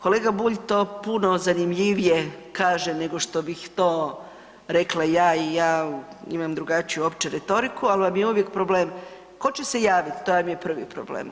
Kolega Bulj to puno zanimljivije kaže nego što bih to rekla ja i ja imam drugačiju uopće retoriku, al vam je uvijek problem ko će se javit, to vam je prvi problem.